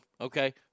okay